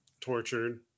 tortured